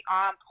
on